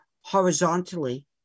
horizontally